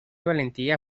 valentía